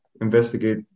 investigate